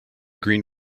green